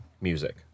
music